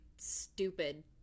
stupid